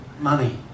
money